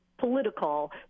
political